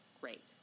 great